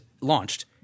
launched